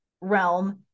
realm